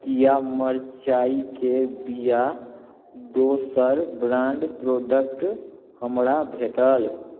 कीया मरचाइ के बीआ दोसर ब्रांड प्रोडक्ट हमरा भेटल